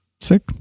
Sick